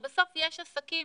בסוף יש עסקים